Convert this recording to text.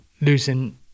losing